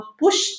push